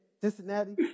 Cincinnati